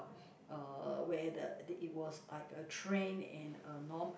uh where the the it was like a trend and a norm